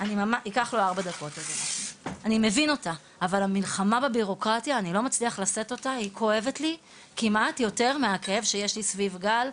והם הבינו את המלחמה הכואבת שיש בסרטן,